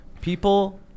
People